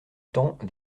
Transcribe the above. temps